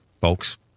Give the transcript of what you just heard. folks